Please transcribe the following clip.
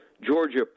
Georgia